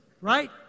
right